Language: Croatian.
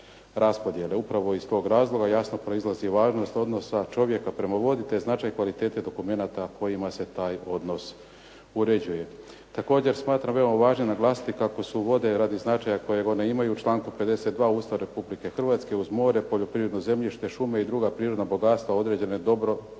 Upravo iz tog razloga jasno proizlazi važnost odnosa čovjeka prema vodi, te značaj kvalitete dokumenata kojima se taj odnos uređuje. Također smatram veoma važnim naglasiti kako su vode radi značaja kojeg one imaju u članku 52. Ustava Republike Hrvatske uz more, poljoprivredno zemljište, šume i druga prirodna gospodarstva određene dobrom